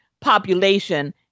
population